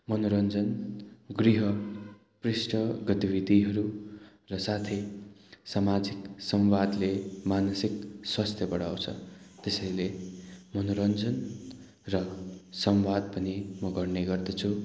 मनोरञ्जन गृह पृष्ट गतिविधिहरू र साथै सामाजिक संवादले मानसिक स्वास्थ्य बढाउँछ त्यसरी नै मनोरञ्जन र संवाद पनि म गर्ने गर्दछु